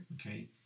okay